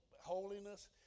holiness